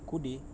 kudir